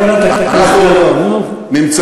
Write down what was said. ובכן, חברת הכנסת גלאון, נו, מספיק.